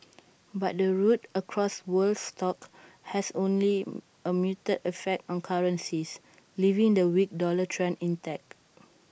but the rout across world stocks has only A muted effect on currencies leaving the weak dollar trend intact